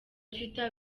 twita